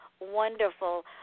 wonderful